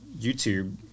youtube